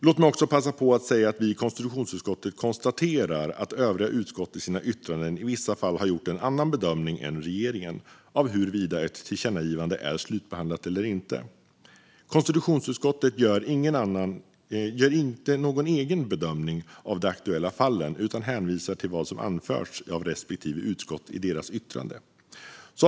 Låt mig också passa på att säga att vi i konstitutionsutskottet konstaterar att övriga utskott i sina yttranden i vissa fall har gjort en annan bedömning än regeringen av huruvida ett tillkännagivande är slutbehandlat eller inte. Konstitutionsutskottet gör inte någon egen bedömning av de aktuella fallen utan hänvisar till vad som anförts av respektive utskott i deras yttranden.